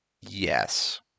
Yes